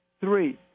Three